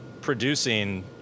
producing